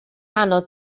anodd